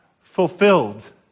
fulfilled